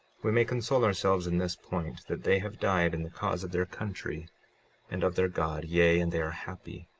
we may console ourselves in this point, that they have died in the cause of their country and of their god, yea, and they are happy.